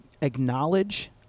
acknowledge